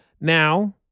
Now